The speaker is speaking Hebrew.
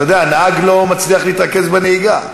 אתה יודע, הנהג לא מצליח להתרכז בנהיגה.